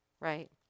right